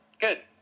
good